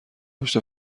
پشت